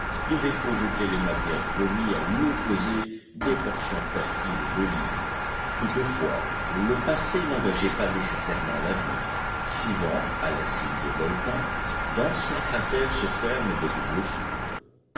devaient projeter les matières vomies à l'opposé des portions fertiles de l'île toutefois le passé n'engageait pas nécessairement l'avenir souvent à la cime des volcans d'anciens cratères se ferment et de nouveaux s'ouvrent